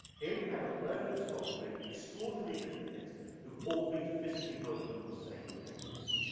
here we have a load of scholars doing extraordinary different things who've all been physically working on the same papers.